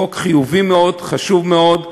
חוק חיובי מאוד, חשוב מאוד.